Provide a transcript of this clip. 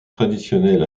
traditionnelles